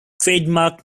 trademark